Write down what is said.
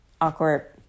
awkward